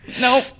No